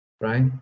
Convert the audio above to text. right